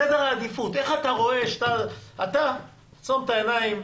בסדר העדיפות, תעצום את העיניים.